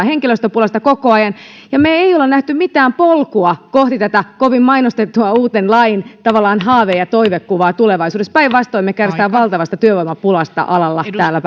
henkilöstöpulasta koko ajan emmekä ole nähneet mitään polkua kohti tätä kovin mainostettua uuden lain tavallaan haave ja toivekuvaa tulevaisuudessa päinvastoin me kärsimme valtavasta työvoimapulasta alalla täällä